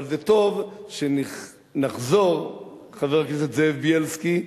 אבל זה טוב שנחזור, חבר הכנסת זאב בילסקי,